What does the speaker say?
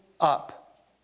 up